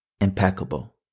impeccable